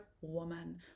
woman